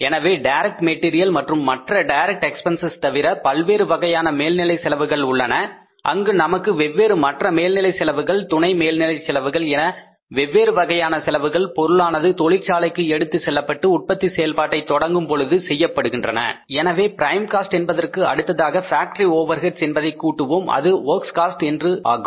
எனவே direct material wages மற்றும் மற்ற டைரக்ட் எக்பென்சஸ் தவிர பல்வேறு வகையான மேல்நிலை செலவுகள் உள்ளன அங்கு நமக்கு வெவ்வேறு மற்ற மேல்நிலை செலவுகள் துணை மேல்நிலை செலவுகள் என வெவ்வேறு வகையான செலவுகள் பொருளானது தொழிற்சாலைக்கு எடுத்துச்செல்லப்பட்டு உற்பத்தி செயல்பாட்டை தொடங்கும் பொழுது செய்யப்படுகின்றன எனவே பிரைம் காஸ்ட் என்பதற்கு அடுத்ததாக ஃபேக்டரி ஓவர்ஹெட்ஸ் என்பதை கூட்டுவோம் அது வொர்க்ஸ் காஸ்ட் என்று ஆகும்